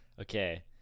Okay